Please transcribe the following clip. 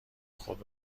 خود